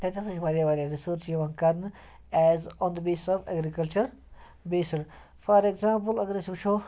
تَتہِ ہَسا چھِ واریاہ واریاہ رِسٲرٕچ یِوان کَرنہٕ as on the basis of agriculture based for example اَگر أسۍ وٕچھو